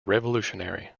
revolutionary